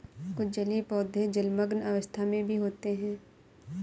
कुछ जलीय पौधे जलमग्न अवस्था में भी होते हैं